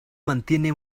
mantiene